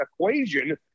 equation